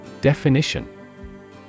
Definition